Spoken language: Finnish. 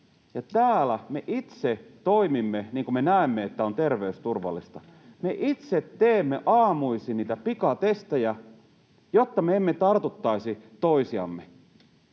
täällä me itse toimimme niin kuin me näemme, että on terveysturvallista. Me itse teemme aamuisin niitä pikatestejä, jotta me emme tartuttaisi toisiamme.